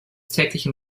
täglichen